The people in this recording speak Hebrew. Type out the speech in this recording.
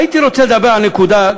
הייתי רוצה לדבר על נקודה,